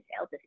sales